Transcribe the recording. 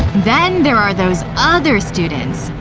then there are those other students,